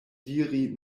diri